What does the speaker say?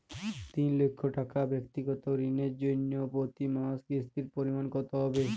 তিন লক্ষ টাকা ব্যাক্তিগত ঋণের জন্য প্রতি মাসে কিস্তির পরিমাণ কত হবে?